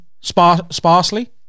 Sparsely